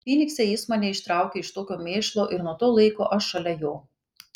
fynikse jis mane ištraukė iš tokio mėšlo ir nuo to laiko aš šalia jo